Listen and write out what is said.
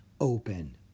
open